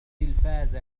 التلفاز